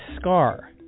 scar